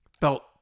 felt